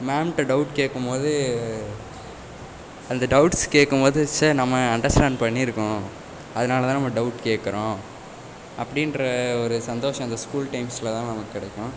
மேம்கிட்ட டவுட் கேட்கும்போது அந்த டவுட்ஸ் கேட்கும்போது ச்ச நம்ம அண்டர்ஸ்டாண்ட் பண்ணியிருக்கோம் அதனாலதான் நம்ம டவுட் கேட்குறோம் அப்படின்ற ஒரு சந்தோஷம் அந்த ஸ்கூல் டைம்ஸில் தான் நமக்கு கிடைக்கும்